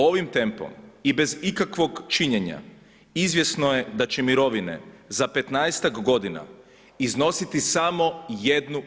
Ovim tempom i bez ikakvog činjenja izvjesno je da će mirovine za 15-tak godina iznositi samo 1/